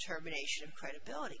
terminations credibility